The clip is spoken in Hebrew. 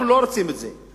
אנחנו לא רוצים את זה,